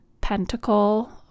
pentacle